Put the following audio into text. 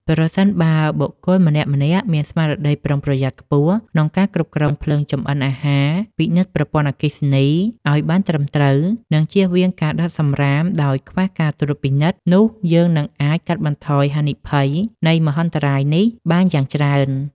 ប្រសិនបើបុគ្គលម្នាក់ៗមានស្មារតីប្រុងប្រយ័ត្នខ្ពស់ក្នុងការគ្រប់គ្រងភ្លើងចម្អិនអាហារ ពិនិត្យប្រព័ន្ធអគ្គិសនីឱ្យបានត្រឹមត្រូវ និងចៀសវាងការដុតសម្រាមដោយខ្វះការត្រួតពិនិត្យ នោះយើងនឹងអាចកាត់បន្ថយហានិភ័យនៃមហន្តរាយនេះបានយ៉ាងច្រើន។